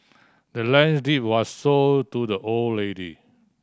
the land's deed was sold to the old lady